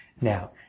Now